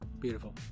Beautiful